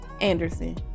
Anderson